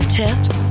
tips